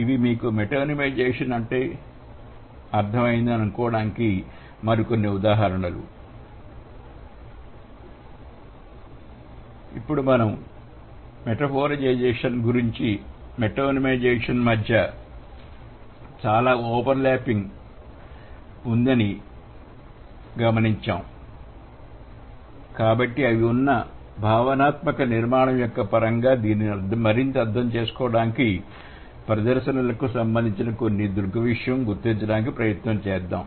ఇవి మీకు మెటోనిమైజేషన్ అంటే ఏమిటో అర్థం చేసుకోవడానికి సహాయపడే కొన్ని సంప్రదాయ ఉదాహరణలు ఇప్పుడు మనము మెటఫోరిజేషన్ మరియు మెటోనిమైజేషన్ మధ్య చాలా ఓవర్ ల్యాపింగ్ ఉండవచ్చని గమనించాము కాబట్టి అవి ఉన్న భావనాత్మక నిర్మాణం యొక్క పరంగా దీనిని మరింత అర్థం చేసుకోవడానికి ప్రదర్శనలకు సంబంధించిన కొన్ని దృగ్విషయం గుర్తించడానికి ప్రయత్నిద్దాం